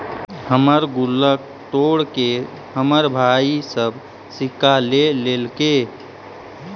हमर गुल्लक तोड़के हमर भाई सब सिक्का ले लेलके